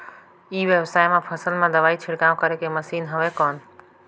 ई व्यवसाय म फसल मा दवाई छिड़काव करे के मशीन हवय कौन?